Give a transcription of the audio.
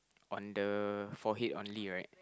on the forehead only right